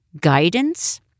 guidance